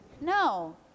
no